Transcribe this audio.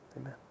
amen